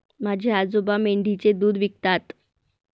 माझे आजोबा मेंढीचे दूध विकतात